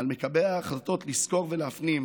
על מקבלי ההחלטות לזכור ולהפנים: